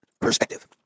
perspective